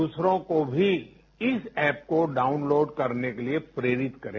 दुसरों को भी इस ऐप को डाउनलोड करने के लिए प्रेरित करें